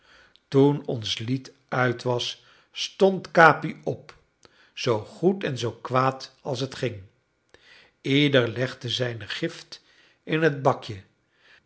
toen ons lied uit was stond capi op zoo goed en zoo kwaad als het ging ieder legde zijne gift in het bakje